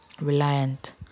reliant